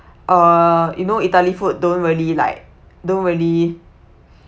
uh you know italy food don't really like don't really